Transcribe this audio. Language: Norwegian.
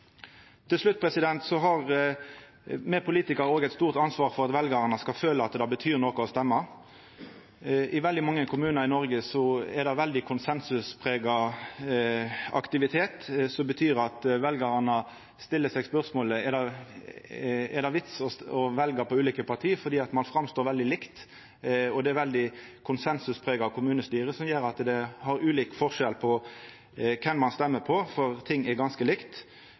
Til slutt: Me politikarar har òg eit stort ansvar for at veljarane skal føla at det betyr noko å stemma. I veldig mange kommunar i Noreg er det veldig konsensusprega aktivitet. Det betyr at veljarane stiller seg spørsmålet om det er vits i å stemma på ulike parti, fordi dei står fram som veldig like, og det er eit veldig konsensusprega kommunestyre som gjer at det er liten forskjell på kven ein stemmer på, fordi ting er ganske